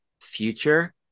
Future